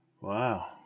Wow